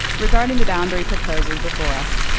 regarding the boundary proposals before us,